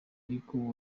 ariko